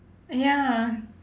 ya